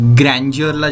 grandeur